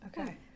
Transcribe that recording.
Okay